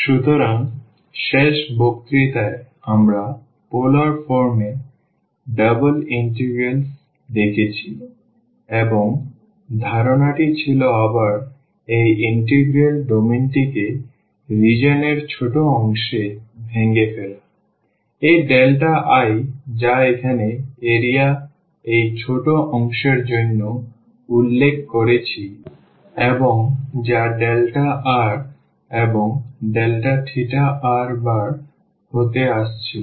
সুতরাং শেষ বক্তৃতায় আমরা পোলার ফর্ম এ ডাবল ইন্টিগ্রালস দেখেছি এবং ধারণাটি ছিল আবার এই ইন্টিগ্রাল ডোমেইনটিকে রিজিওন এর ছোট অংশে ভেঙে ফেলা এই delta i যা এখানে এরিয়ার এই ছোট অংশের জন্য উল্লেখ করেছি এবং যা delta r এবং delta theta r বার হতে আসছিল